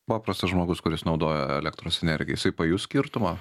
paprastas žmogus kuris naudoja elektros energiją jisai pajus skirtumą